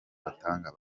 batanga